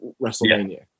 Wrestlemania